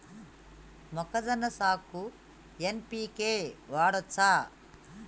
మొక్కజొన్న సాగుకు ఎన్.పి.కే వాడచ్చా?